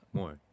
More